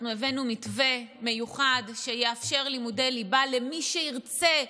אנחנו הבאנו מתווה מיוחד שיאפשר לימודי ליבה למי שירצה,